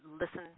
listen